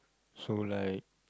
so like